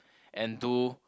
and to